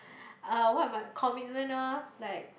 uh what are my commitment lor like